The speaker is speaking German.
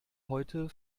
heute